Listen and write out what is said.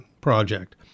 project